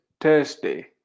Thursday